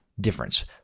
difference